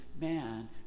man